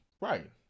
Right